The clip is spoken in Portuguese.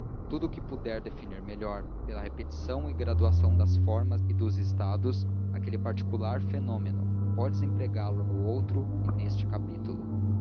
tudo o que puder definir melhor pela repetição e graduação das formas e dos estados aquele particular fenômeno podes empregá lo no outro e neste capítulo